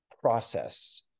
process